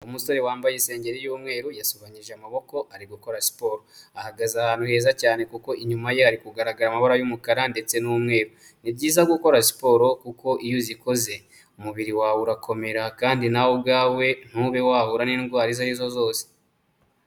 Umusore wambaye isengeri y'umweru yasobanyije amaboko ari gukora siporo, ahagaze ahantu heza cyane kuko inyuma ye ari kugaragara amabara y'umukara ndetse n'umweru. Ni byiza gukora siporo kuko iyo uzikoze umubiri wawe urakomera kandi nawe ubwawe ntube wahura n'indwara izo arizo zose.